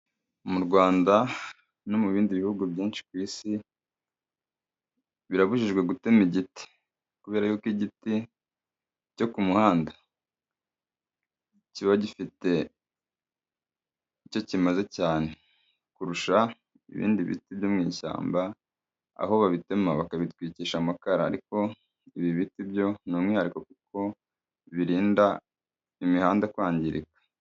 Mu Rwanda no mu bindi bihugu byinshi ku isi, birabujijwe gutema igiti kubera yuko igiti cyo ku muhanda kiba gifite icyo kimaze cyane kurusha ibindi biti byo mu ishyamba aho babitema bakabitwigisha amakara, ariko ibi biti byo ni umwihariko kuko birinda imihanda kwangirika.